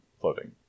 floating